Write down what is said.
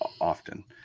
often